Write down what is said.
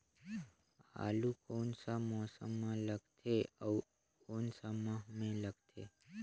आलू कोन सा मौसम मां लगथे अउ कोन सा माह मां लगथे?